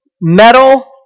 metal